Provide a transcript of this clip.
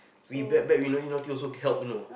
we bad bad we doing nothing also can help know